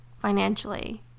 financially